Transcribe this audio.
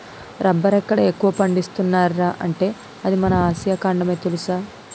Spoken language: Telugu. రబ్బరెక్కడ ఎక్కువ పండిస్తున్నార్రా అంటే అది మన ఆసియా ఖండమే తెలుసా?